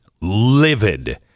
livid